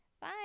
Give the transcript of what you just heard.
Bye